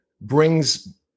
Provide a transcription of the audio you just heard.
brings